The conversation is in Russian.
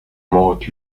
могут